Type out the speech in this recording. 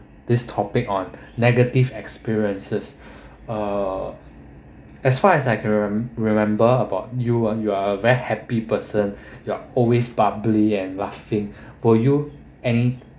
this topic on negative experiences uh as far as I can remember about you are you are a very happy person you're always bubbly and laughing were you any